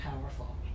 powerful